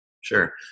Sure